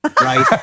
right